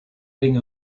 ring